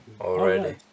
Already